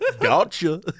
Gotcha